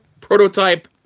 prototype